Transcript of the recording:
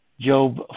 Job